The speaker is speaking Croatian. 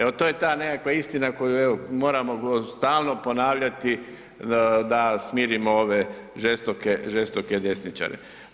Evo to je ta nekakva istina koju moramo stalno ponavljati da smirimo ove žestoke desničare.